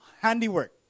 handiwork